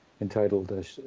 entitled